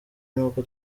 n’uko